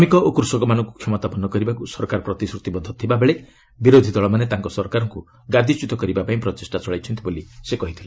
ଶ୍ରମିକ ଓ କୃଷକମାନଙ୍କୁ କ୍ଷମତାପନ୍ନ କରିବାକୁ ସରକାର ପ୍ରତିଶ୍ରତିବଦ୍ଧ ଥିଲାବେଳେ ବିରୋଧୀ ଦଳମାନେ ତାଙ୍କ ସରକାରକୁ ଗାଦିଚ୍ୟୁତ କରିବାପାଇଁ ପ୍ରଚେଷ୍ଟା ଚଳାଇଛନ୍ତି ବୋଲି ସେ କହିଥିଲେ